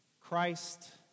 Christ